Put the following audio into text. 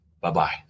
bye-bye